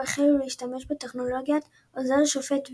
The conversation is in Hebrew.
החלו להשתמש בטכנולוגית "עוזר שופט וידאו",